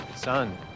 son